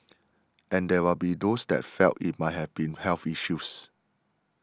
and there will be those that felt it might have been health issues